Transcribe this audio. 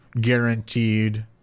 guaranteed